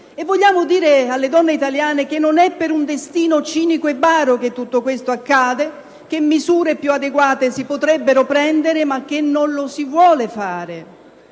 Vogliamo dire alle donne italiane che non è per un destino cinico e baro che tutto questo accade, che misure più adeguate si potrebbero prendere, ma che non lo si vuole fare.